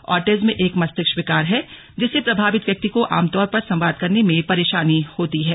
autism एक मस्तिष्क विकार है जिससे प्रभावित व्यक्ति को आमतौर पर संवाद करने में परेशानी होती है